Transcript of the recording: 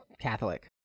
Catholic